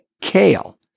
kale